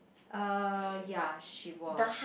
uh ya she was